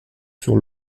sur